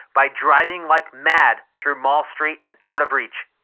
by driving like mad through mall street and out of reach.